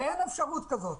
ואין אפשרות כזאת.